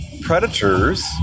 predators